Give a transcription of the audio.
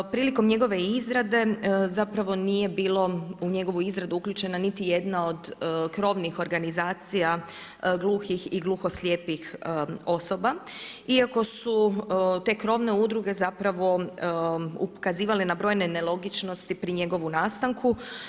Prilikom njegove izrade zapravo nije bilo, u njegovu izradu uključena niti jedna od krovnih organizacija gluhih i gluho slijepih osoba iako su te krovne udruge zapravo ukazivale na brojne nelogičnosti pri njegovu nastanku.